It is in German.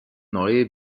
neue